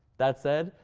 that said,